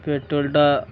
পেট্রোলটা